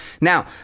Now